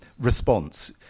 response